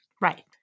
Right